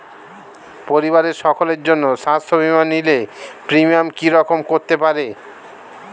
পরিবারের সকলের জন্য স্বাস্থ্য বীমা নিলে প্রিমিয়াম কি রকম করতে পারে?